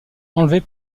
enlever